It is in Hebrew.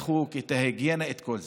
ריחוק, היגיינה, את כל זה.